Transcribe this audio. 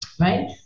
right